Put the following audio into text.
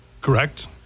Correct